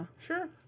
sure